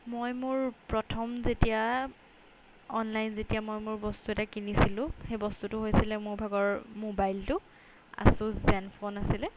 মই মোৰ প্ৰথম যেতিয়া অনলাইন যেতিয়া মই মোৰ বস্তু এটা কিনিছিলোঁ সেই বস্তুটো হৈছিলে মোৰ ভাগৰ মোবাইলটো আছুছ জেনফোন আছিলে